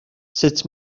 sut